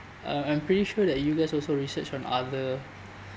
uh I'm pretty sure that you guys also research on other